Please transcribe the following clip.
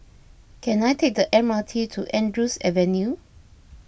can I take the M R T to Andrews Avenue